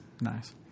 nice